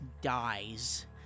dies